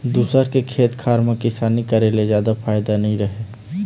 दूसर के खेत खार म किसानी करे ले जादा फायदा नइ रहय